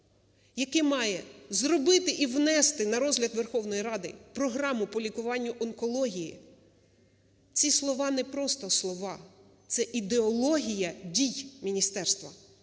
яке має зробити і внести на розгляд Верховної Ради програму по лікуванню онкології, ці слова - не просто слова, це ідеологія дій міністерства.